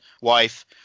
wife